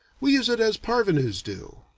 we use it as parvenus do,